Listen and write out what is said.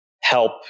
help